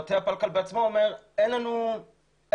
מטה הפלקל בעצמו אומר שאין לו כלים,